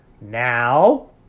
Now